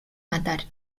matar